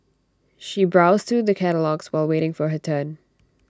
she browsed through the catalogues while waiting for her turn